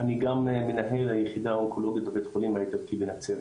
אני גם מנהל היחידה האונקולוגית בבית החולים האיטלקי בנצרת.